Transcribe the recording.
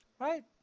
Right